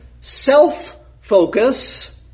self-focus